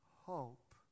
hope